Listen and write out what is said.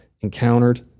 encountered